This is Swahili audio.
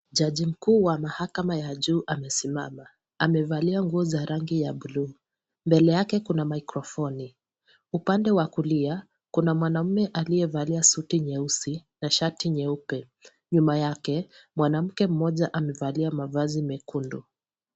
Mkuu wa mahakama ya juu amesimama , amevalia nguo za rangi ya bluu. Mbele ya kuna microfoni. Upande wa kulia kuna mwanaume aliyevalia suti nyeusi na shati nyeupe. Nyuma yake mwanamke mmoja amevalia mavazi mekundu.